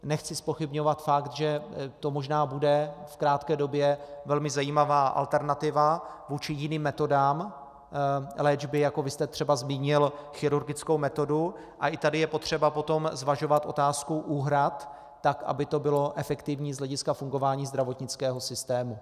Nechci zpochybňovat fakt, že to možná bude v krátké době velmi zajímavá alternativa vůči jiným metodám léčby, jako vy jste třeba zmínil chirurgickou metodu, a i tady je třeba potom zvažovat otázku úhrad tak, aby to bylo efektivní z hlediska fungování zdravotnického systému.